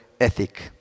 ethic